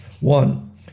One